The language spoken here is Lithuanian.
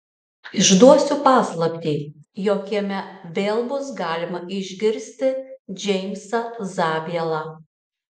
išduosiu paslaptį jog jame vėl bus galima išgirsti džeimsą zabielą